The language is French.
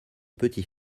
petit